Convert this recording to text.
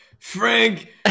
Frank